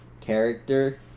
character